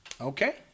okay